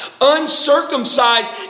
uncircumcised